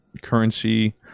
currency